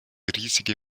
riesige